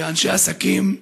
אנשי עסקים,